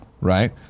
Right